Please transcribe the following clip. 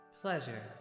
pleasure